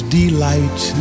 delight